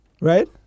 right